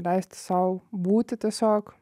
leisti sau būti tiesiog